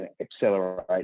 accelerate